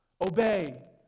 obey